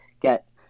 get